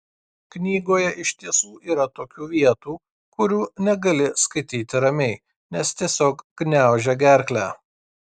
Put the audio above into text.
knygoje iš tiesų yra tokių vietų kurių negali skaityti ramiai nes tiesiog gniaužia gerklę